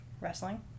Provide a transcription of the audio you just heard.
wrestling